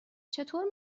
چطور